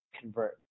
convert